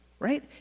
Right